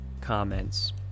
comments